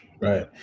Right